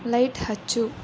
light ಹಚ್ಚು